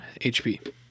HP